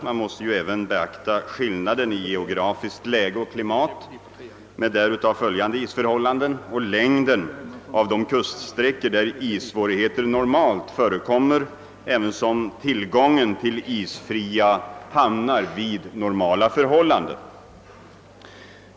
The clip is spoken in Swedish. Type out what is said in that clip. Man måste även ta hänsyn till skillnaden i geografiskt läge och i klimat med därav följande isförhållanden samt längden av de kuststräckor, där issvårigheter normalt förekommer, ävensom tillgången till isfria hamnar under normala förhållanden.